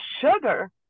sugar